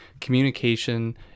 communication